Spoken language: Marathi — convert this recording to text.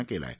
नं केला आहे